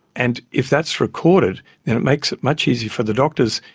and if that's recorded then it makes it much easier for the doctors.